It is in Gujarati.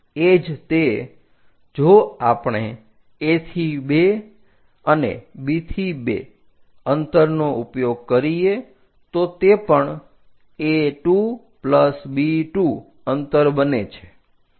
એ જ તે જો આપણે A થી 2 અને B થી 2 અંતરનો ઉપયોગ કરીએ તો તે પણ A2 B2 અંતર બને છે જે પણ 70 mm છે